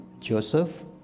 Joseph